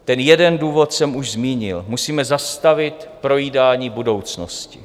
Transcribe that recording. Ten jeden důvod jsem už zmínil: musíme zastavit projídání budoucnosti.